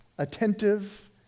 Attentive